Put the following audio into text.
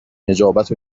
نجابت